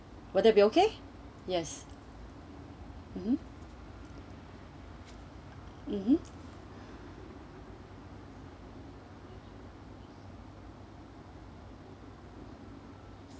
will that will be okay mm mmhmm